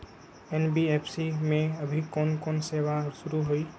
NBFC में अभी कोन कोन सेवा शुरु हई?